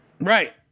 Right